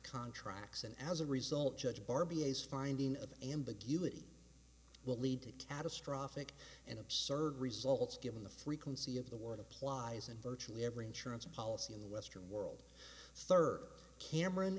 contracts and as a result judge barbie is finding of ambiguity will lead to catastrophic and absurd results given the frequency of the word applies in virtually every insurance policy in the western world third cameron